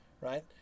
right